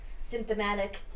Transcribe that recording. symptomatic